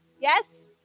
Yes